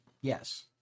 yes